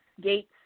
Gates